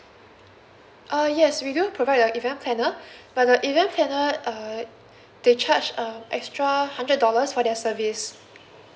uh yes we do provide the event planner but the event planner uh they charge uh extra hundred dollars for their service